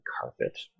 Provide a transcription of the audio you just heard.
carpet